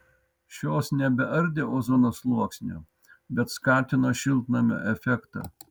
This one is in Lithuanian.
šios nebeardė ozono sluoksnio bet skatino šiltnamio efektą